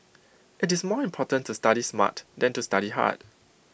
IT is more important to study smart than to study hard